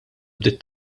bdiet